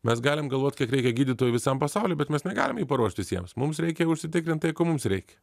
mes galim galvot kiek reikia gydytojų visam pasauliui bet mes negalim jų paruošt visiems mums reikia užsitikrint tai ko mums reikia